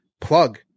plug